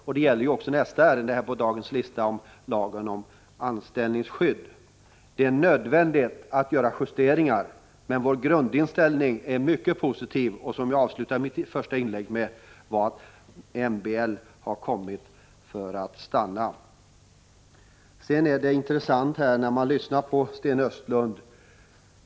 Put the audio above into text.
Detta gäller även nästa ärende på dagens lista, lagen om anställningsskydd. Det är nödvändigt att göra justeringar, men vår grundinställning är mycket positiv. MBL har — som jag sade i slutet av mitt första inlägg — kommit för att stanna. Det var intressant att lyssna på Sten Östlund.